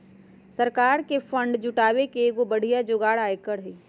सरकार के फंड जुटावे के एगो बढ़िया जोगार आयकर हई